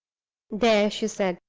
there! she said,